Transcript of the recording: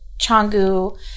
Changu